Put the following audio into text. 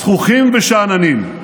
זחוחים ושאננים.